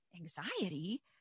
anxiety